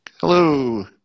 Hello